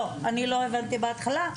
אני לא הבנתי בהתחלה.